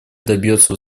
добьется